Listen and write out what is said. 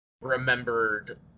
remembered